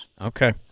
Okay